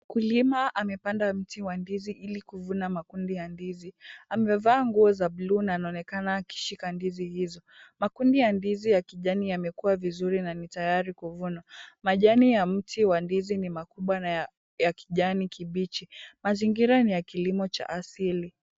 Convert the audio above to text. Mkulima amepanda mti wa ndizi ili kuvuna makundi ya ndizi. Amevaa nguo za buluu na anaonekana akishika ndizi hizo. Makundi ya ndizi ya kijani yamekuwa vizuri na ni tayari kuvunwa. Majani ya mti wa ndizi ni makubwa na ya kijani kibichi. Mazingira ni ya kilimo cha asili.